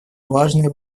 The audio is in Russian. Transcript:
важное